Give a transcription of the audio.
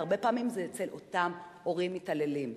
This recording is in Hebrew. והרבה פעמים זה אצל אותם הורים מתעללים.